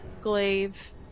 glaive